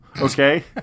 okay